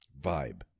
vibe